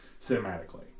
cinematically